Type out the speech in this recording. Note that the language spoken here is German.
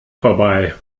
vorbei